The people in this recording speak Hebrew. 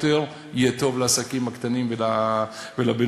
כך ייטב לעסקים הקטנים והבינוניים.